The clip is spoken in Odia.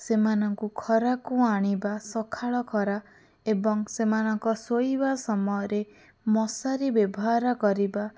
ସେମାନଙ୍କୁ ଖରାକୁ ଆଣିବା ସକାଳ ଖରା ଏବଂ ସେମାନଙ୍କ ଶୋଇବା ସମୟରେ ମଶାରୀ ବ୍ୟବହାର କରିବା